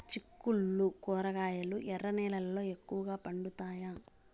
చిక్కుళ్లు కూరగాయలు ఎర్ర నేలల్లో ఎక్కువగా పండుతాయా